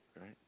right